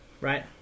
Right